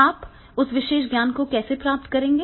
आप उस विशेष ज्ञान को कैसे प्राप्त करेंगे